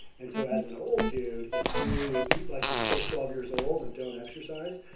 and so as an old dude, if you eat like you're still twelve years old and don't exercise,